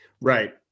right